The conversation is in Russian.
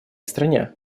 стране